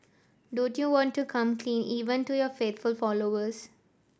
don't you want to come clean even to your faithful followers